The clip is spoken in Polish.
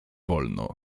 wolno